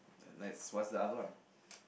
nice what's the other one